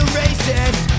racist